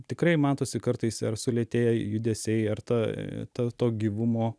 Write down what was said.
tikrai matosi kartais ir sulėtėję judesiai ar ta ta to gyvumo